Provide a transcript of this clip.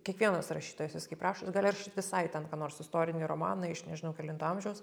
kiekvienas rašytojas jis kaip rašo jis gali rašyt visai ten ką nors istorinį romaną iš nežinau kelinto amžiaus